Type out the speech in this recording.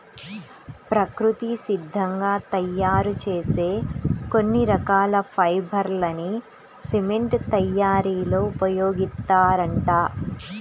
ప్రకృతి సిద్ధంగా తయ్యారు చేసే కొన్ని రకాల ఫైబర్ లని సిమెంట్ తయ్యారీలో ఉపయోగిత్తారంట